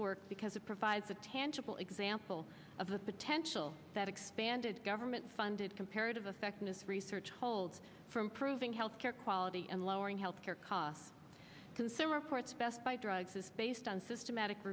work because it provides a tangible example of the potential that expanded government funded comparative effectiveness research holds for improving health care quality and lowering health care costs consumer reports best buy drugs is based on systematic